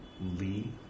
Lee